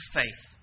faith